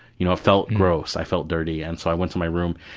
you know felt gross, i felt dirty, and so i went to my room,